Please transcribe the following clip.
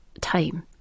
time